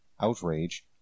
outrage